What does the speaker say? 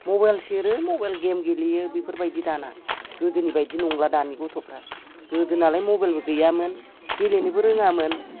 mobile सेरो mobile game गेलेयो बेफोरबायदि दाना गोदोनि बायदि नंला दानि गथ'फ्रा गोदोनालाय मबाइलबो गैयामोन गेलेनोबो रोङामोन